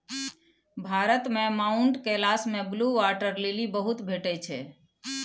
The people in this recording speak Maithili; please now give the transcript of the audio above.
भारत मे माउंट कैलाश मे ब्लु बाटर लिली बहुत भेटै छै